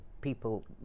people